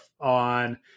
on